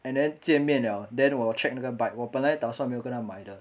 and then 见面了 then 我 check 那个 bike 我本来打算没有跟他买的